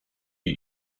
jej